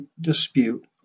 dispute